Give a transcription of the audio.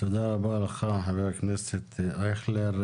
תודה רבה לך חבר הכנסת אייכלר.